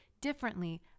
differently